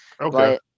Okay